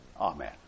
amen